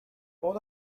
all